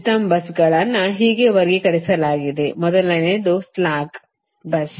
system busಗಳನ್ನು ಹೀಗೆ ವರ್ಗೀಕರಿಸಲಾಗಿದೆ ಮೊದಲನೆಯದು ಸ್ಲಾಕ್ bus